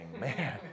man